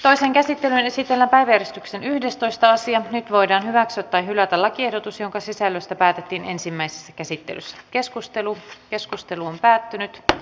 toisen käsittelyn esitellä päivystyksen yhdestoista sija nyt voidaan hyväksyä tai hylätä lakiehdotus jonka sisällöstä päätettiin ensimmäisessä käsittelyssä keskustelu asian käsittely päättyi